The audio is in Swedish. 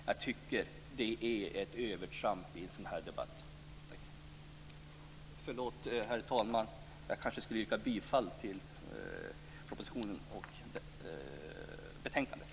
Jag tycker att det är ett övertramp i debatten. Herr talman! Jag yrkar bifall till utskottets hemställan, vilket också innebär bifall till propositionen.